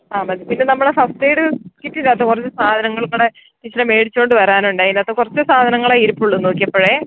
ആ മതി പിന്നെ നമ്മൾ ആ ഫർസ്റ്റ് എയ്ഡ് കിറ്റിനകത്ത് കുറച്ച് സാധനങ്ങളും കൂടെ ടീച്ചർ മേടിച്ചുകൊണ്ട് വരാനുണ്ടേ അതിൻ്റെ അകത്ത് കുറച്ച് സാധനങ്ങളെ ഇരിപ്പുള്ളൂ നോക്കിയപ്പോഴ്